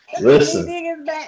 Listen